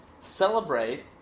celebrate